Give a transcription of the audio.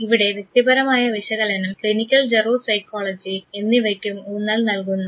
ഇവിടെ വ്യക്തിപരമായ വിശകലനം ക്ലിനിക്കൽ ജറോസൈക്കോളജി എന്നിവയ്ക്കും ഊന്നൽ നൽകുന്നു